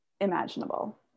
imaginable